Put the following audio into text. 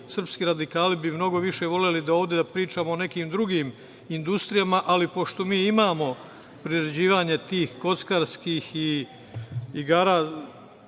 srpski radikali bi mnogo više voleli da ovde pričamo o nekim drugim industrijama, ali pošto mi imamo priređivanje tih kockarskih i igara